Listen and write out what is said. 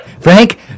Frank